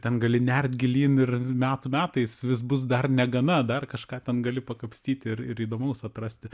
ten gali nert gilyn ir metų metais vis bus dar negana dar kažką ten gali pakapstyti ir ir įdomaus atrasti